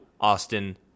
Austin